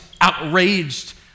outraged